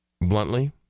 bluntly